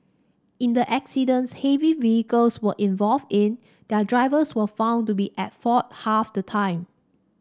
in the accidents heavy vehicles were involved in their drivers were found to be at fault half the time